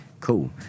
cool